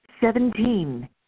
Seventeen